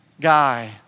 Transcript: guy